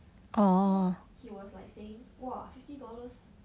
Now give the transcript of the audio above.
so he was like saying !wah! fifty dollars